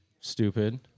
stupid